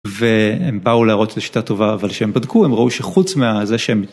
והם באו להראות שזו שיטה טובה אבל כשהם בדקו הם ראו שחוץ מזה שהם.